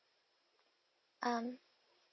um